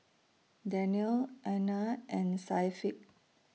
Daniel Aina and Syafiq